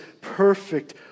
perfect